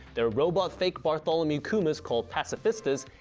their robo fake bartholomew kumas called pacifistas,